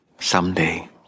Someday